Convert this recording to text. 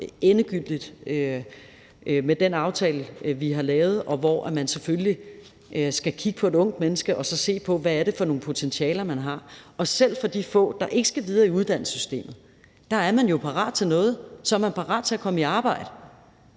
endegyldigt med den aftale, vi har lavet. Man skal selvfølgelig kigge på et ungt menneske og se på, hvad det er for nogle potentialer, det har. Selv de få, der ikke skal videre i uddannelsessystemet, er jo parat til noget. Så er man parat til at komme i arbejde.